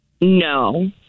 no